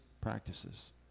practices